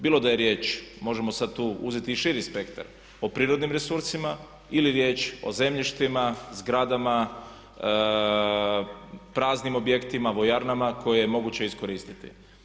Bilo da je riječ možemo sad tu uzeti i širi spektar o prirodnim resursima ili riječ o zemljištima, zgradama, praznim objektima, vojarnama koje je moguće iskoristiti.